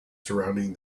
surrounding